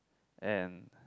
and